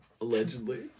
Allegedly